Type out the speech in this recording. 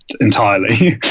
entirely